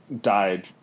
died